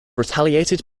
retaliated